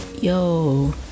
yo